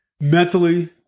mentally